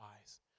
eyes